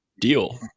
deal